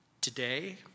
today